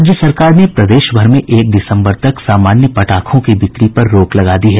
राज्य सरकार ने प्रदेशभर में एक दिसम्बर तक सामान्य पटाखों की बिक्री पर रोक लगा दी है